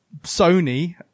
Sony